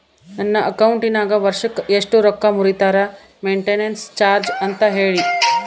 ನನ್ನ ಅಕೌಂಟಿನಾಗ ವರ್ಷಕ್ಕ ಎಷ್ಟು ರೊಕ್ಕ ಮುರಿತಾರ ಮೆಂಟೇನೆನ್ಸ್ ಚಾರ್ಜ್ ಅಂತ ಹೇಳಿ?